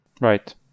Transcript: right